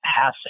passing